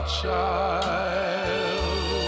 child